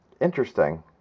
Interesting